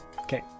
Okay